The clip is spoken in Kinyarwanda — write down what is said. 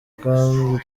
kandi